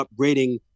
upgrading